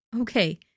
Okay